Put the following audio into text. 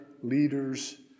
leaders